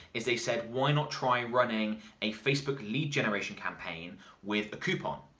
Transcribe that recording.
is they said, why not try running a facebook lead generation campaign with a coupon.